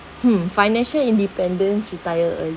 hmm financial independence retire early